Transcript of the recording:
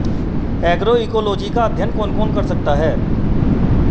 Agroecology का अध्ययन कौन कौन कर सकता है?